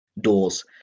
doors